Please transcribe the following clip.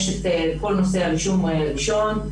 יש את כל נושא הרישום הראשון.